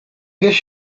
guess